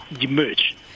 emerge